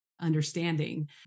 understanding